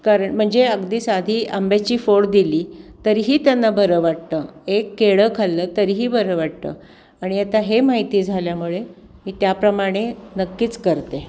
कारण म्हणजे अगदी साधी आंब्याची फोड दिली तरीही त्यांना बरं वाटतं एक केळं खाल्लं तरीही बरं वाटतं आणि आता हे माहिती झाल्यामुळे मी त्याप्रमाणे नक्कीच करते